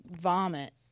vomit